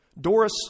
Doris